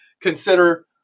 Consider